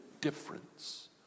difference